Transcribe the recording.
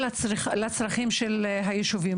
לצרכים של הישובים.